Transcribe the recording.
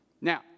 Now